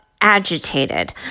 agitated